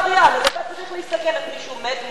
אז אתה צריך להסתכל איך מישהו מת מרעב,